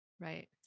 right